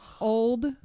old